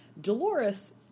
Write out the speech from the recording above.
Dolores